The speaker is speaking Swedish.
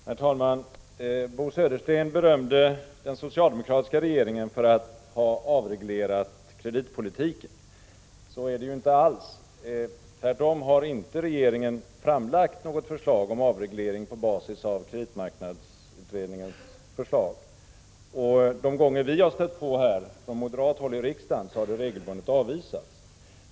Herr talman! Bo Södersten berömde den socialdemokratiska regeringen för att ha avreglerat kreditpolitiken. Så är det ju inte alls. Tvärtom har inte regeringen framlagt något förslag om avreglering på basis av kreditmarknadsutredningens förslag. De gånger vi från moderat håll har stött på här i riksdagen har det regelbundet avvisats.